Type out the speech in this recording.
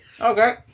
Okay